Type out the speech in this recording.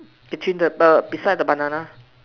between the err beside the banana